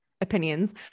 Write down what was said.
opinions